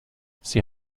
sie